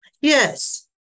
Yes